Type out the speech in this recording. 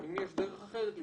האם יש דרך אחרת לפעול?